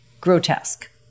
grotesque